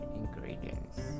ingredients